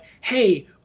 hey